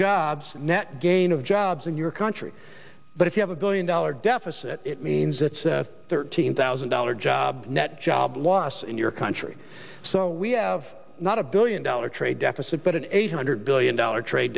jobs net gain of jobs in your country but if you have a billion dollar deficit it means it's a thirteen thousand dollar job net job loss in your country so we have not a billion dollar trade deficit but an eight hundred billion dollars tra